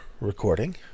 recording